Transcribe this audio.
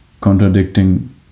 contradicting